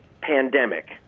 pandemic